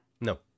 No